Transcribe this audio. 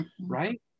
Right